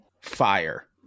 fire